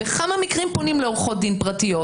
בכמה מקרים פונים לעורכות דין פרטיות?